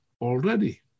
already